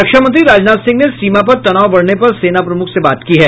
रक्षामंत्री राजनाथ सिंह ने सीमा पर तनाव बढ़ने पर सेना प्रमुख से बात की है